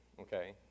Okay